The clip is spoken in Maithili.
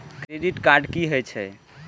क्रेडिट कार्ड की हे छे?